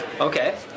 Okay